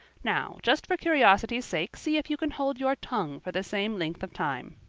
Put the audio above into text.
now, just for curiosity's sake, see if you can hold your tongue for the same length of time.